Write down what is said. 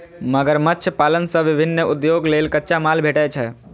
मगरमच्छ पालन सं विभिन्न उद्योग लेल कच्चा माल भेटै छै